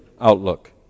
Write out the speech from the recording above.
outlook